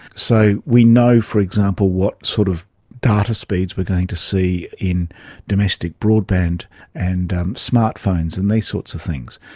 so we know, for example, what sort of data speeds we're going to see in domestic broadband and smart phones and these sorts of things.